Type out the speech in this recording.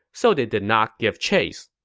so they did not give chase.